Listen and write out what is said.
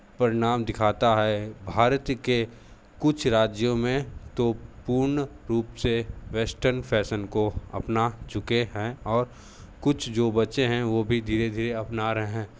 परिणाम दिखाता है भारत के कुछ राज्यों में तो पूर्ण रूप से वेस्टर्न फ़ैशन को अपना चुके हैं और कुछ जो बचे हैं वो भी धीरे धीरे अपना रहे हैं